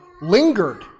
lingered